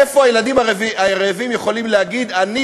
איפה הילדים הרעבים יכולים להגיד: אני,